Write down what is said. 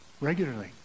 regularly